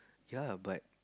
yea but